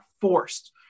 forced